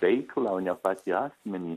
veiklą o ne patį asmenį